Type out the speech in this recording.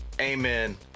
Amen